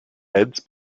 beds